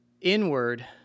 inward